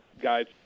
guys